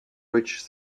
which